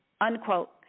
unquote